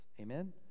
Amen